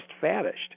vanished